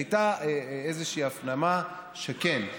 הייתה איזושהי הפנמה שכן,